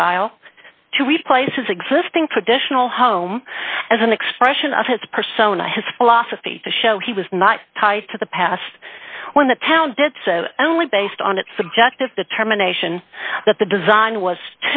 style to replace existing traditional home as an expression of his persona his philosophy to show he was not tied to the past when the town did so only based on its subjective determination that the design was